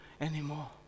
anymore